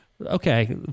okay